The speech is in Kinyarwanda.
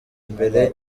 imbere